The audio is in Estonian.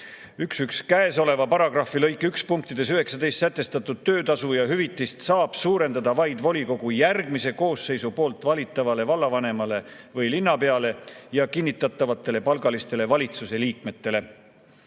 "(11) Käesoleva paragrahvi lõike 1 punktides 19 sätestatud töötasu ja hüvitist saab suurendada vaid volikogu järgmise koosseisu poolt valitavale vallavanemale või linnapeale ja kinnitatavatele palgalistele valitsusliikmetele.